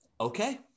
okay